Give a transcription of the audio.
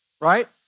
right